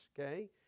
okay